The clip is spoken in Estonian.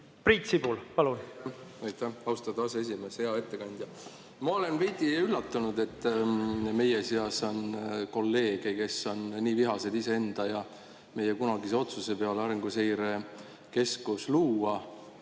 Priit Sibul, palun!